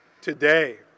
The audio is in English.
Today